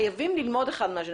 חייבים ללמוד אחד מהשני.